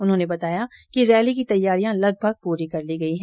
उन्होंने बताया कि रैली की तैयारियां लगभग पूरी कर ली गई हैं